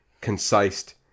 concise